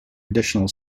additional